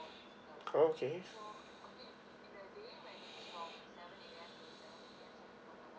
okay